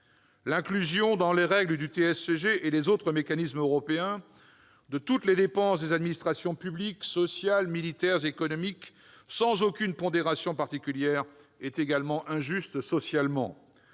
L'inclusion dans les règles du TSCG et les autres mécanismes européens de toutes les dépenses des administrations publiques, sociales, militaires, économiques, sans aucune pondération particulière, est également injuste socialement.